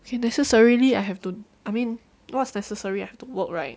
ok necessarily I have to I mean what's necessary I have to work right